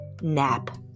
nap